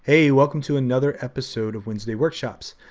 hey, welcome to another episode of wednesday workshops.